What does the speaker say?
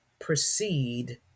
proceed